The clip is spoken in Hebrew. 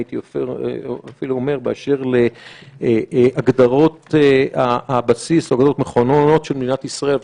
הייתי אומר אפילו באשר להגדרות הבסיס המכוננות של מדינת ישראל,